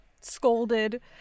scolded